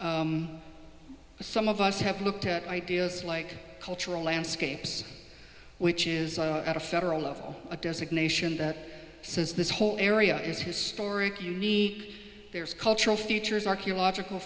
some of us have looked at ideas like cultural landscapes which is at a federal level a designation that says this whole area is historic unique there's cultural features archeological